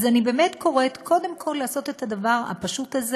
אז אני באמת קוראת קודם כול לעשות את הדבר הפשוט הזה